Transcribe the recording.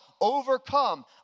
overcome